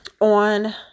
on